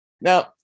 Now